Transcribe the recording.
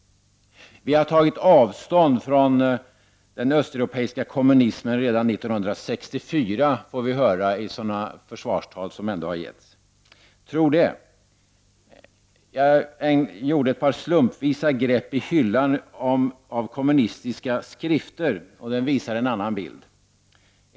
Det svenska partiet tog avstånd från den östeuropeiska kommunismen redan 1964, får vi höra i sådana försvarstal som ändå har hållits. Tro det? Jag gjorde ett par slumpvisa grepp i hyllan med kommunistiska skrifter, och de visar en annan bild.